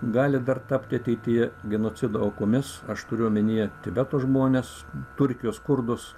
gali dar tapti ateityje genocido aukomis aš turiu omenyje tibeto žmones turkijos kurdus